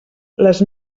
les